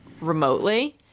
remotely